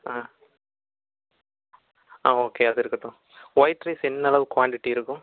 ஆ ஆ ஓகே அது இருக்கட்டும் ஒயிட் ரைஸ் என்ன அளவு குவான்டிட்டி இருக்கும்